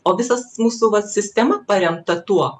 o visas mūsų vat sistema paremta tuo